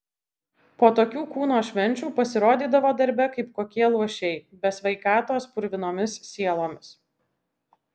po tokių kūno švenčių pasirodydavo darbe kaip kokie luošiai be sveikatos purvinomis sielomis